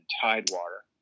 Tidewater